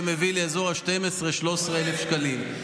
זה מביא לאזור ה-12,000 13,000 שקלים.